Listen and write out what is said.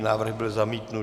Návrh byl zamítnut.